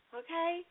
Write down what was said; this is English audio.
okay